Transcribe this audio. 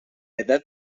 edad